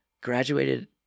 graduated